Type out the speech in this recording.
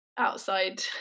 Outside